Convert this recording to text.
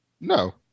no